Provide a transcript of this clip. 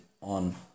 on